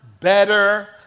better